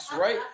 Right